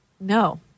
No